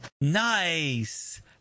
Nice